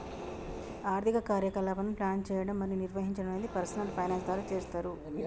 ఆర్థిక కార్యకలాపాలను ప్లాన్ చేయడం మరియు నిర్వహించడం అనేది పర్సనల్ ఫైనాన్స్ ద్వారా చేస్తరు